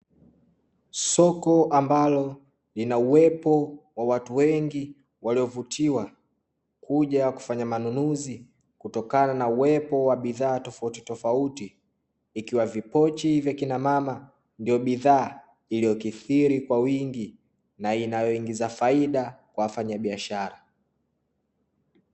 Soko ambalo lina uwepo wa watu wengi waliovutiwa kuja kufanya manunuzi kutokana na uwepo wa bidhaa tofautitofauti, ikiwa vipochi vya kina mama ndiyo bidhaa iliyokithiri kwa wingi na inayoingiza faida kwa wafanyabiashara.